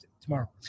tomorrow